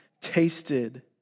tasted